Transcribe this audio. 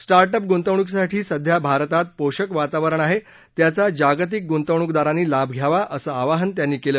start up गुंतवणूकीसाठी सध्या भारतात पोषक वातावरण आहे त्याचा जागतिक गुंतवणूकदारांनी लाभ घ्यावा असं आवाहन त्यांनी केलं